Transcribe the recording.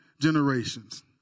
generations